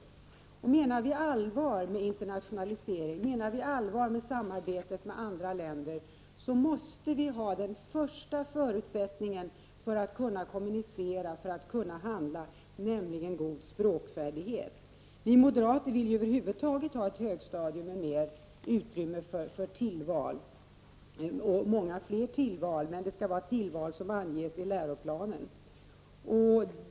Om vi menar allvar med internationaliseringen och med samarbetet med andra länder måste vi ha den första förutsättningen för att kunna kommunicera och handla, nämligen god språkfärdighet. Vi moderater vill över huvud taget ha ett högstadium med många fler tillval än nu, men det skall vara tillval som anges i läroplanen.